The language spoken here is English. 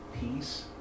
peace